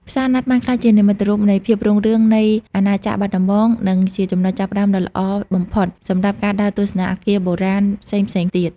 ផ្សារណាត់បានក្លាយជានិមិត្តរូបនៃភាពរុងរឿងនៃអាណាចក្របាត់ដំបង និងជាចំណុចចាប់ផ្តើមដ៏ល្អបំផុតសម្រាប់ការដើរទស្សនាអគារបុរាណផ្សេងៗទៀត។